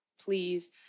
please